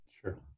Sure